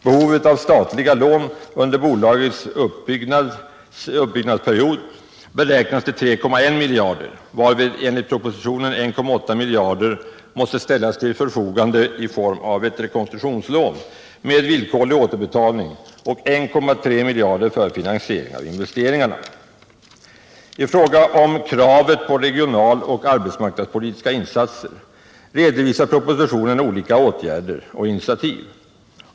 Behovet av statliga lån under bolagets uppbyggnadsperiod beräknas till 3,5 miljarder kronor, varvid enligt propositionen 1,8 miljarder måste ställas till förfogande i form av ett rekonstruktionslån med villkorlig återbetalning och 1,3 miljarder för finansiering av investeringarna. I fråga om kravet på regionaloch arbetsmarknadspolitiska insatser redovisar propositionen olika åtgärder och initiativ.